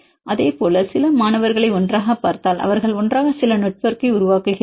அதேபோல் சில மாணவர்களை ஒன்றாகப் பார்த்தால் அவர்கள் ஒன்றாக சில நெட்வொர்க்கை உருவாக்குவார்கள்